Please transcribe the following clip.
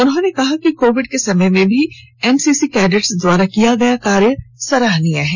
उन्होंने कहा कि कोविड के समय में भी एनसीसी कैडेट्स द्वारा किया गया कार्य सराहनीय है